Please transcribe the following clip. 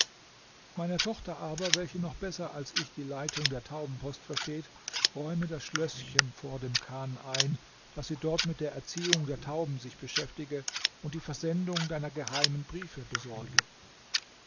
meiner tochter aber welche noch besser als ich die leitung der taubenpost versteht räume das schlößchen vor dem chan ein daß sie dort mit der erziehung der tauben sich beschäftige und die versendung deiner geheimen briefe besorge